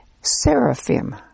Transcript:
Seraphim